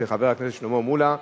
של חבר הכנסת שלמה מולה.